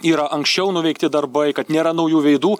yra anksčiau nuveikti darbai kad nėra naujų veidų